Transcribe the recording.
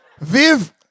Viv